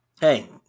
hey